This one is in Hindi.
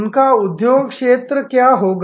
उनका उद्योग क्षेत्र क्या होगा